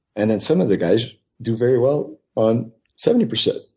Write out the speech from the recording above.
and then some other guys do very well on seventy percent.